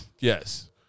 yes